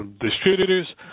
distributors